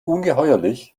ungeheuerlich